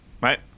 Right